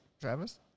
Travis